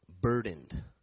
burdened